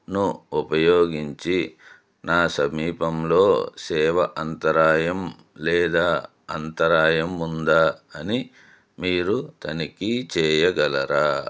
ను ఉపయోగించి నా సమీపంలో సేవా అంతరాయం లేదా అంతరాయం ఉందా అని మీరు తనిఖీ చేయగలరా